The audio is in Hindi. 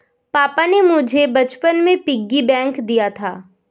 पापा ने मुझे बचपन में पिग्गी बैंक दिया था